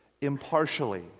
impartially